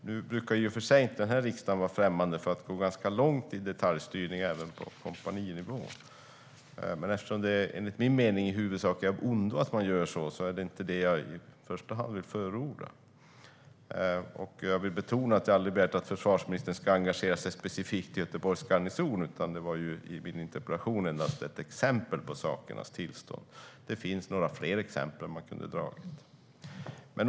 Nu brukar ju inte denna riksdag vara främmande för att gå ganska långt i detaljstyrning ned på kompaninivå, men eftersom detta enligt min mening huvudsakligen är av ondo är det inget jag vill förorda. Jag vill betona att jag aldrig har begärt att försvarsministern ska engagera sig specifikt i Göteborgs garnison, utan den var i min interpellation endast ett exempel på sakernas tillstånd. Det finns några ytterligare exempel man skulle kunna ta.